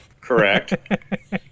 Correct